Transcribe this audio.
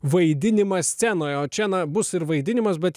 vaidinimą scenoj o čia na bus ir vaidinimas bet